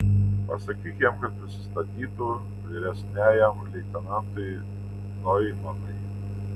pasakyk jam kad prisistatytų vyresniajam leitenantui noimanui